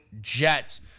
Jets